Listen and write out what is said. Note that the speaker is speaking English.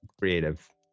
creative